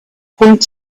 point